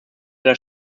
das